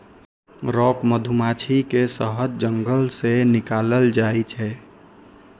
rock मधुमाछी के शहद जंगल सं निकालल जाइ छै